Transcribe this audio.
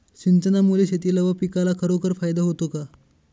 सिंचनामुळे शेतीला व पिकाला खरोखर फायदा होतो का?